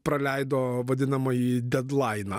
praleido vadinamąjį dedlainą